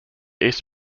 east